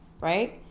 Right